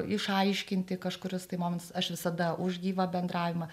išaiškinti kažkuriuos tai momentus aš visada už gyvą bendravimą